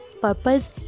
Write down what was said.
purpose